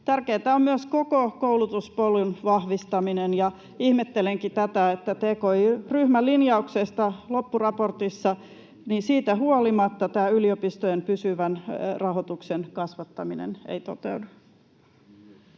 Tärkeätä on myös koko koulutuspolun vahvistaminen, ja ihmettelenkin tätä, että tki-ryhmän loppuraportin linjauksesta huolimatta yliopistojen pysyvän rahoituksen kasvattaminen ei toteudu.